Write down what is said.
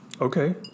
Okay